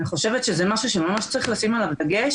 אני חושבת שזה משהו שממש צריך לשים עליו דגש